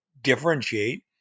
differentiate